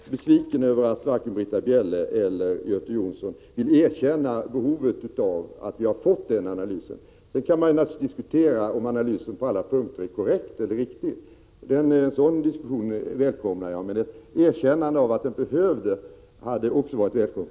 Jag är besviken över att varken Britta Bjelle eller Göte Jonsson vill erkänna behovet av denna analys. Naturligtvis kan man diskutera om analysen på alla punkter är korrekt eller riktig. En sådan diskussion välkomnar jag, men ett erkännande av att analysen behövdes hade också varit välkommen.